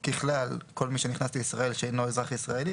ככלל כל מי שנכנס לישראל שאינו אזרח ישראלי,